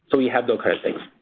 so we have those kinds of things.